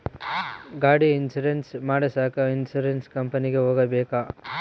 ಗಾಡಿ ಇನ್ಸುರೆನ್ಸ್ ಮಾಡಸಾಕ ಇನ್ಸುರೆನ್ಸ್ ಕಂಪನಿಗೆ ಹೋಗಬೇಕಾ?